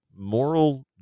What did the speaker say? moral